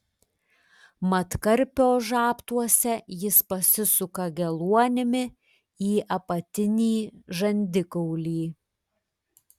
mat karpio žabtuose jis pasisuka geluonimi į apatinį žandikaulį